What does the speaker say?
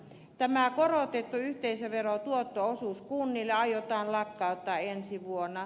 tämä korotettu yhteisöverotuotto osuus kunnille aiotaan lakkauttaa ensi vuonna